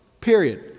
period